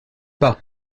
pas